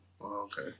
Okay